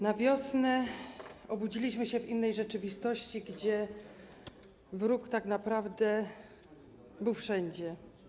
Na wiosnę obudziliśmy się w innej rzeczywistości, gdzie wróg tak naprawdę był wszędzie.